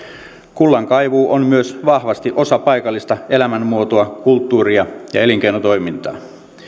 kullankaivuu on myös vahvasti osa paikallista elämänmuotoa kulttuuria ja elinkeinotoimintaa